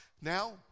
Now